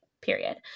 period